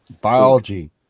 Biology